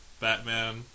Batman